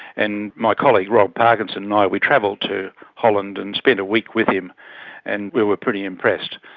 and my colleague rob parkinson and i, we travelled to holland and spent a week with him and we were pretty impressed.